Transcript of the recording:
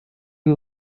you